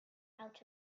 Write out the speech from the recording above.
out